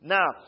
Now